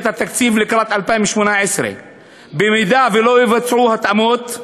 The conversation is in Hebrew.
התקציב לקראת 2018. אם לא יבוצעו התאמות,